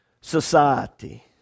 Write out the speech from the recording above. society